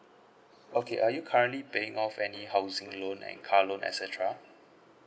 okay are you currently paying off any housing loan and car loan et cetera